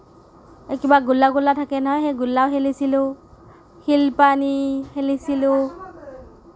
এই কিবা গোল্লা গোল্লা থাকে নহয় সেই গোল্লা খেলিছিলোঁ শিল পানী খেলিছিলোঁ